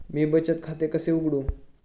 मी बचत खाते कसे उघडू?